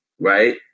right